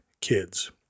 kids